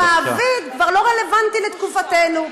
כי מעביד כבר לא רלוונטי לתקופתנו,